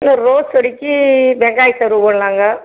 ஏங்க ரோஸ் செடிக்கு வெங்காய தோல் போடலாங்க